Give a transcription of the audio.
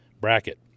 bracket